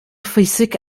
physik